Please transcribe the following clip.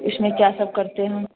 इसमें क्या सब करते हैं